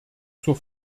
zur